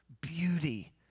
beauty